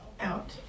out